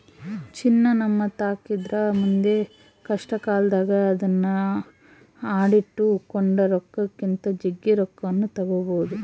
ಚಿನ್ನ ನಮ್ಮತಾಕಿದ್ರ ಮುಂದೆ ಕಷ್ಟಕಾಲದಾಗ ಅದ್ನ ಅಡಿಟ್ಟು ಕೊಂಡ ರೊಕ್ಕಕ್ಕಿಂತ ಜಗ್ಗಿ ರೊಕ್ಕವನ್ನು ತಗಬೊದು